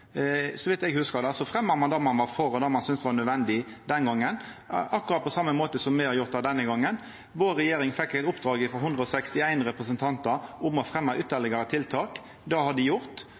Så vidt eg hugsar, fremja ein det ein var for, og det ein syntest var nødvendig, den gongen, på akkurat same måte som me har gjort denne gongen. Vår regjering fekk i oppdrag av 161 representantar å fremja ytterlegare tiltak. Det har dei gjort.